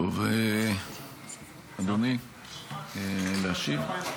טוב, אדוני, להשיב?